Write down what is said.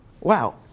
Wow